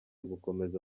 gukomeza